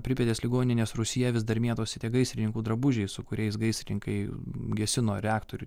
pripetės ligoninės rūsyje vis dar mėtosi tie gaisrininkų drabužiai su kuriais gaisrininkai gesino reaktorių